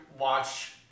watch